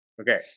Okay